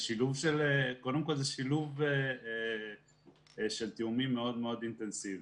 קודם כל זה שילוב של תיאומים מאוד אינטנסיביים.